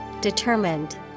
Determined